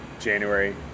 January